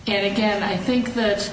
and again i think that